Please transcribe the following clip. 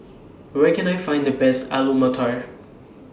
Where Can I Find The Best Alu Matar